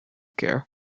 care